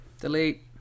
Delete